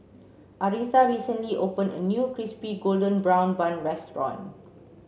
Aretha recently opened a new crispy golden brown bun restaurant